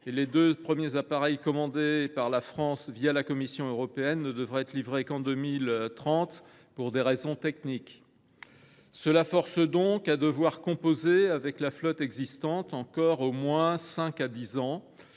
les deux premiers appareils commandés par la France la Commission européenne ne devraient être livrés qu’en 2030, pour des raisons techniques. Il faudra donc composer avec la flotte existante encore au moins cinq ans,